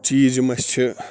چیٖز یِم اَسہِ چھِ